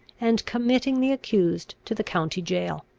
and committing the accused to the county jail.